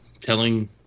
telling